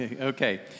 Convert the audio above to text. okay